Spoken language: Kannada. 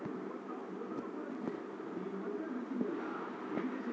ಇನ್ಸೂರೆನ್ಸ್ ನಿಂದ ಶಾಲೆಯ ದುಡ್ದು ಕಟ್ಲಿಕ್ಕೆ ಆಗ್ತದಾ ಮತ್ತು ಸಾಲ ತೆಗಿಬಹುದಾ?